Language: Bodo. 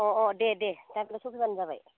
अह अह दे दे दा बेलासिआव फैबानो जाबाय